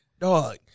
Dog